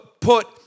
put